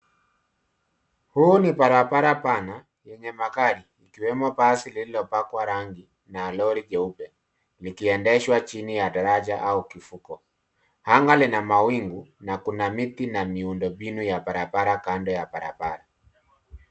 Hii ni barabara pana, yenye magari, ikiwemo basi lililopakwa rangi na lori jeupe. likiendeshwa chini ya daraja au kivuko. Anga lina mawingu na kuna miti na miundombinu ya barabara kando ya barabara.